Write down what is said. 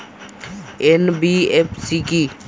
NBFC কী?